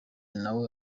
nawe